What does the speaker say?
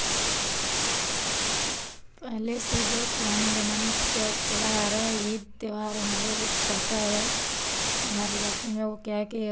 पहले से जो पुराने ज़माने से चला आ रहा है ईद त्योहार हमारे यह पड़ता है हमारे जाति में वह क्या है कि